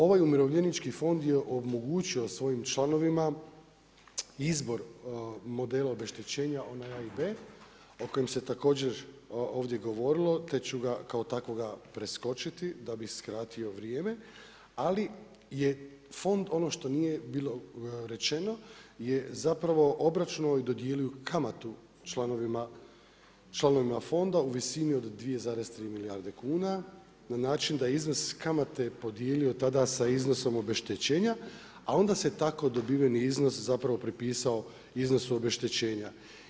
Ovaj umirovljenički fond je omogućio svojim članovima izbor modela obeštećenja onaj A i B o kojem se također ovdje govorilo te ću ga kao takvoga preskočiti da bih skratio vrijeme ali je fond ono što nije bilo rečeno je zapravo obračunao i dodijelio kamatu članovima fonda u visini od 2,3 milijarde kuna na način da je iznos kamate podijelio tada sa iznosom obeštećenja a onda se tako dobiveni iznos zapravo pripisao iznosu obeštećenja.